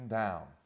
down